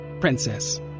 princess